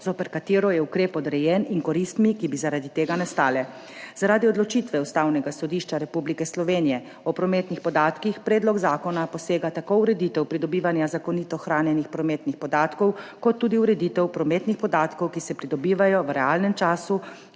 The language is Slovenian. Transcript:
zoper katero je ukrep odrejen, in koristmi, ki bi zaradi tega nastale. Zaradi odločitve Ustavnega sodišča Republike Slovenije o prometnih podatkih predlog zakona posega tako v ureditev pridobivanja zakonito hranjenih prometnih podatkov kot tudi ureditev prometnih podatkov, ki se pridobivajo v realnem času,